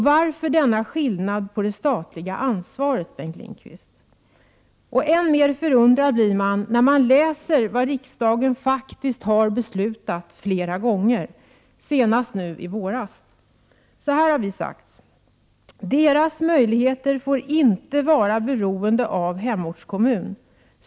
Varför denna skillnad på det statliga ansvaret, Bengt Lindqvist? Än mer förvånad blir man när man läser vad riksdagen faktiskt har beslutat flera gånger, senast nu i våras. Så här har riksdagen sagt: ”Deras möjligheter får inte vara beroende av hemortskommun.